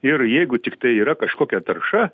ir jeigu tiktai yra kažkokia tarša